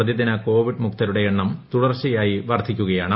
പ്രതിദിന കോവിഡ് മുക്തരുടെ എണ്ണം തുടർച്ചയായി വർധിക്കുകയാണ്